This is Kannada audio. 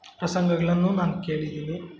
ಪ್ರಸಂಗಗಳನ್ನು ನಾನು ಕೇಳಿದೀನಿ